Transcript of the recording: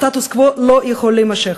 הסטטוס קוו לא יכול להימשך.